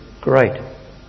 great